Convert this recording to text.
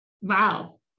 Wow